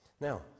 Now